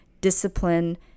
discipline